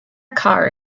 car